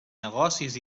negocis